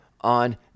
on